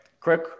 quick